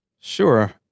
Sure